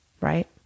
right